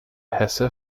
hesse